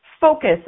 focus